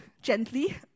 gently